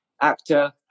actor